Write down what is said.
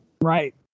Right